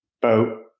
boat